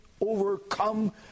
overcome